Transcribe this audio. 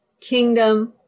kingdom